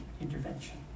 intervention